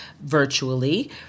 virtually